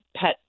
pet